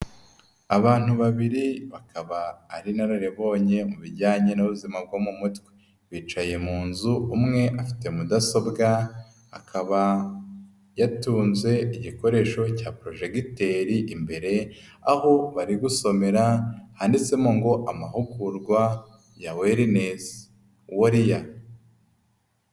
Abantu babiri bakaba ari inararibonye mu bijyanye n'ubuzima bwo mu mutwe. Bicaye mu nzu umwe afite mudasobwa, akaba yatunze igikoresho cya projegiteri imbere aho bari gusomera, handitsemo ngo amahugurwa ya wellnes warriors.